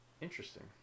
Interesting